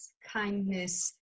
kindness